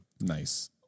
Nice